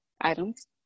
items